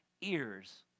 ears